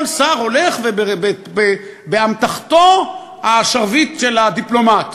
כל שר הולך ובאמתחתו השרביט של הדיפלומט,